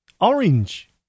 Orange